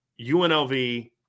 UNLV